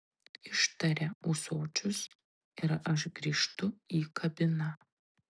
ištaria ūsočius ir aš grįžtu į kabiną